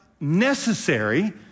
necessary